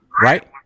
right